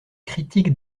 critique